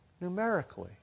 numerically